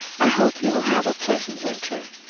i hope you will have a pleasant winter.